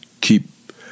keep